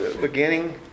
Beginning